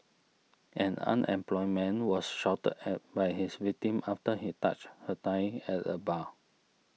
an unemployed man was shouted at by his victim after he touched her thigh at a bar